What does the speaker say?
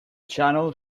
channel